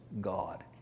God